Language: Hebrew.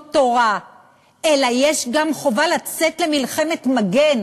תורה אלא יש גם חובה לצאת למלחמת מגן.